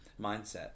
mindset